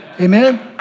Amen